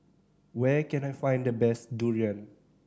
where can I find the best durian